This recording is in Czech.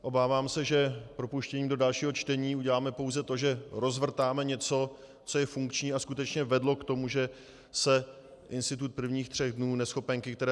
Obávám se, že propuštěním do dalšího čtení uděláme pouze to, že rozvrtáme něco, co je funkční a skutečně vedlo k tomu, že se institut prvních tří dnů neschopenky, které...